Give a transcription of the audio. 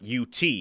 UT